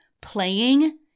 playing